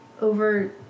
over